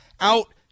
out